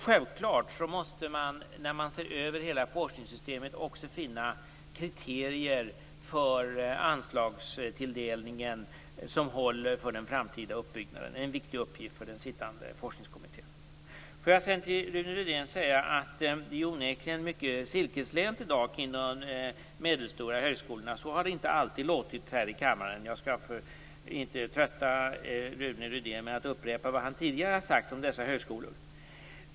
Självfallet måste man när man ser över hela forskningssystemet också finna kriterier för anslagstilldelningen som håller för den framtida uppbyggnaden. Det är en viktig uppgift för den sittande forskningskommittén. Till Rune Rydén vill jag säga att det onekligen är mycket silkeslent i dag kring de medelstora högskolorna. Så har det inte alltid låtit här i kammaren. Jag skall inte trötta Rune Rydén med att upprepa vad han tidigare har sagt om dessa högskolor.